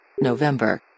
November